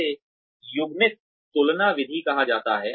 इसे युग्मित तुलना विधि कहा जाता है